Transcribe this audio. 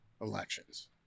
elections